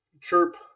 Chirp